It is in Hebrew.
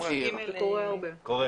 קורה.